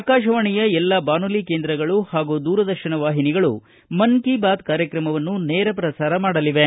ಆಕಾಶವಾಣಿಯ ಎಲ್ಲಾ ಬಾನುಲಿ ಕೇಂದ್ರಗಳು ಪಾಗೂ ದೂರದರ್ಶನ ವಾಹಿನಿಗಳು ಮನ್ ಕಿ ಬಾತ್ ಕಾರ್ಯಕ್ರಮವನ್ನು ನೇರ ಪ್ರಸಾರ ಮಾಡಲಿವೆ